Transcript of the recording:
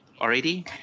already